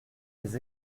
des